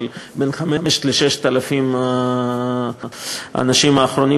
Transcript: של בין 5,000 ל-6,000 האנשים האחרונים